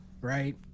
right